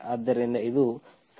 ಆದ್ದರಿಂದ ಇದು ಸಾಮಾನ್ಯ ಪರಿಹಾರವಾಗಿದೆ